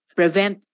prevent